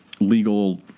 Legal